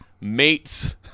mates